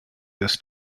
this